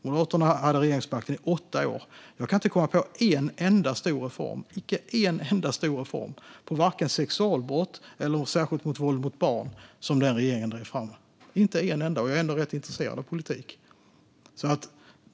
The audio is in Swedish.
Moderaterna hade regeringsmakten i åtta år, och jag kan inte komma på en enda stor reform gällande vare sig sexualbrott eller våld mot barn som den regeringen drev fram - inte en enda, och jag är ändå rätt intresserad av politik.